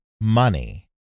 money—